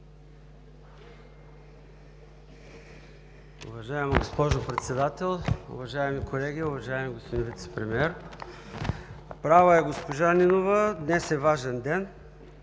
Уважаема госпожо Председател, уважаеми колеги, уважаеми господин Вицепремиер! Права е госпожа Нинова – днес е важен ден